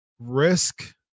risk